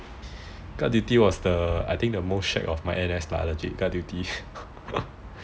guard duty I think was the most shag of my N_S lah legit I think guard duty